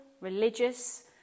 religious